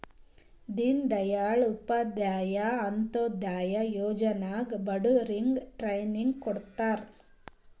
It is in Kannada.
ದೀನ್ ದಯಾಳ್ ಉಪಾಧ್ಯಾಯ ಅಂತ್ಯೋದಯ ಯೋಜನಾ ನಾಗ್ ಬಡುರಿಗ್ ಟ್ರೈನಿಂಗ್ ಕೊಡ್ತಾರ್